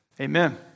Amen